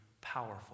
powerful